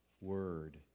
word